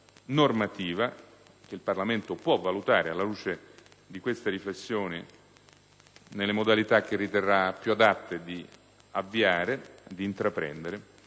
normativa che il Parlamento può valutare, alla luce di queste riflessioni, nelle modalità che riterrà più opportuno di avviare e di intraprendere.